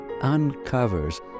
uncovers